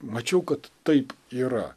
mačiau kad taip yra